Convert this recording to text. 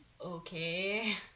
okay